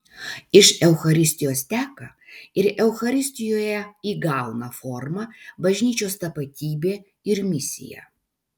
iš eucharistijos teka ir eucharistijoje įgauna formą bažnyčios tapatybė ir misija